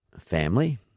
family